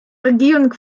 regierung